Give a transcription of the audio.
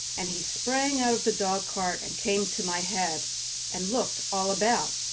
and he sprang out of the dog-cart and came to my head and looked all about.